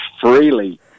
freely